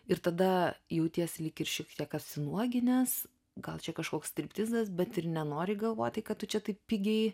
ir tada jautiesi lyg ir šiek tiek apsinuoginęs gal čia kažkoks striptizas bet ir nenori galvoti kad tu čia taip pigiai